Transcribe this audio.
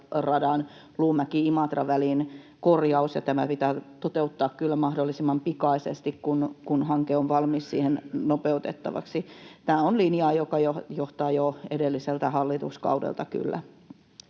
Luumäki—Imatra-välin korjaus. Tämä pitää toteuttaa kyllä mahdollisimman pikaisesti, kun hanke on valmis siihen nopeutettavaksi. [Sheikki Laakso: Olisi pitänyt edellisen hallituksen